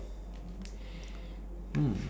hmm